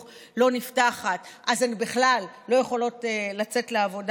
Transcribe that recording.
לא נפתחת אז הן בכלל לא יכולות לצאת לעבודה.